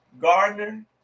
Gardner